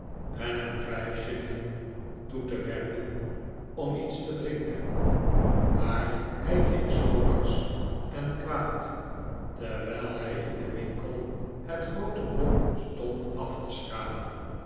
en hem vijf shillingen toe te werpen om iets te drinken maar hij keek zoo barsch en kwaad terwijl hij in den winkel het groote blok stond af te schrapen